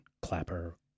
Clapper